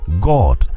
God